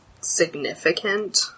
significant